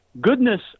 Goodness